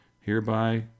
Hereby